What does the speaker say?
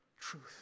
truth